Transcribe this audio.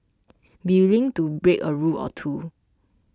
be willing to break a rule or two